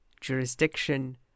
jurisdiction